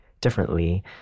differently